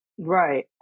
Right